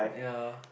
ya